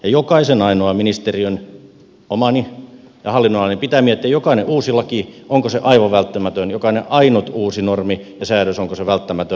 joka ainoan ministeriön omani ja hallinnonalani pitää miettiä jokainen uusi laki onko se aivan välttämätön joka ainoa uusi normi ja säädös onko se välttämätön